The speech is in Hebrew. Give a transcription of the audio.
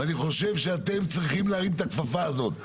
ואני חושב שאתם צריכים להרים את הכפפה הזאת.